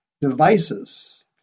devices